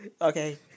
Okay